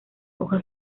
hojas